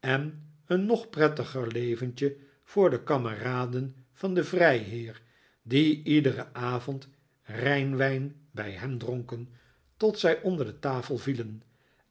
en een nog prettiger leventje voor de kameraden van den vrijheer die iederen avond rijnwijn bij hem dronken tot zij onder de tafel vielen